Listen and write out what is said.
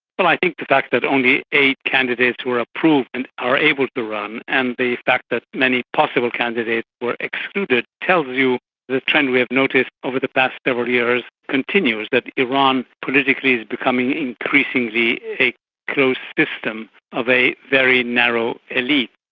well, i think the fact that only eight candidates were approved and are able to run and the fact that many possible candidates were excluded tells you the trend we have noticed over the past several years continues, that iran politically is becoming increasingly a closed system of a very narrow elite.